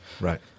Right